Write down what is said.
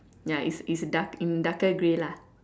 ya is is dark in darker grey lah